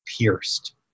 pierced